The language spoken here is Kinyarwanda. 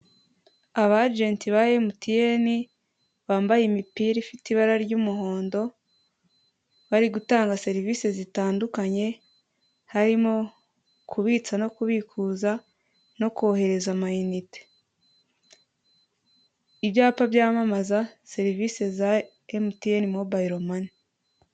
Abajenti ba emutiyene bambaye imipira ifite ibara ry'umuhondo, bari gutanga serivise zitandukanye, harimo kubitsa no kubikuza no kohereza amayinite, ibyapa byamamaza serivise za mobayiro mani.